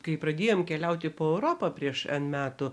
kai pradėjome keliauti po europą prieš dešimt metų